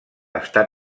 està